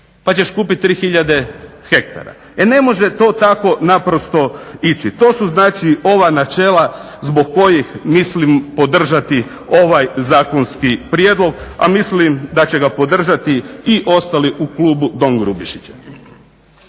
pa ćeš kupiti 3000 hektara. E ne može to tako naprosto ići, to su znači ova načela zbog kojih mislim podržati ovaj zakonski prijedlog. A mislim da će ga podržati i ostali u klubu Don Grubišića.